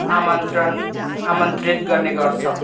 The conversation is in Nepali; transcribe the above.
आमन्त्रण आमन्त्रित गर्ने गर्छौँ